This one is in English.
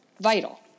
vital